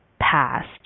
past